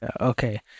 okay